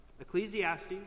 Ecclesiastes